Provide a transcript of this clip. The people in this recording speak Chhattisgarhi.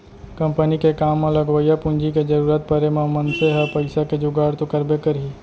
कंपनी के काम म लगवइया पूंजी के जरूरत परे म मनसे ह पइसा के जुगाड़ तो करबे करही